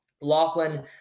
Lachlan